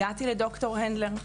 הגעתי לדר' הנדלר,